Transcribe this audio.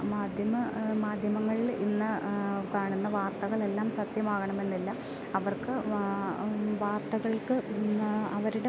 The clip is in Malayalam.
മാധ്യമ മാധ്യമങ്ങളിൽ ഇന്ന് കാണുന്ന വാർത്തകളെല്ലാം സത്യമാകണമെന്നില്ല അവർക്ക് വാർത്തകൾക്ക് അവരുടെ